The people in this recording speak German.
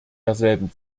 derselben